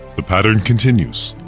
the pattern continues,